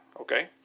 okay